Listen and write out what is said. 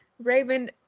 Raven